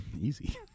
Easy